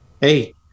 Hey